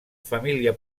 família